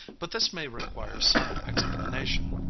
but this may require some explanation.